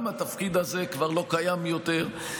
גם התפקיד הזה כבר לא קיים יותר,